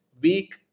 week